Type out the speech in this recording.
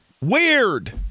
weird